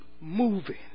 moving